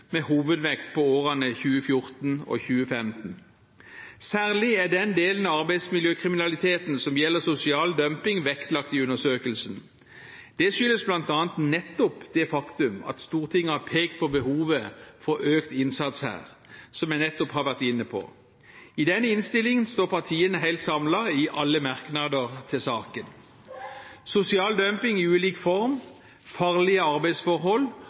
Særlig er den delen av arbeidsmiljøkriminaliteten som gjelder sosial dumping, vektlagt i undersøkelsen. Det skyldes bl.a. nettopp det faktum at Stortinget har pekt på behovet for økt innsats her, som jeg nettopp har vært inne på. I denne innstillingen står partiene samlet i alle merknader til saken. Sosial dumping i ulik form, farlige arbeidsforhold